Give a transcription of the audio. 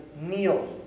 kneel